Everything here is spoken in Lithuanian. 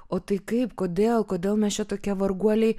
o tai kaip kodėl kodėl mes čia tokie varguoliai